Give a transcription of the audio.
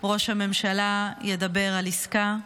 ראש הממשלה ידבר על עסקה,